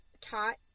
taught